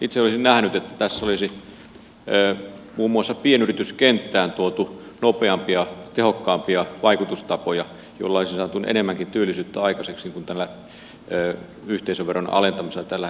itse olisin nähnyt että tässä olisi muun muassa pienyrityskenttään tuotu nopeampia ja tehokkaampia vaikutustapoja joilla olisi saatu enemmänkin työllisyyttä aikaiseksi kuin tällä yhteisöveron alentamisella tällä hetkellä